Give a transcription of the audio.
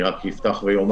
אני רק אפתח ואומר,